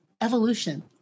evolution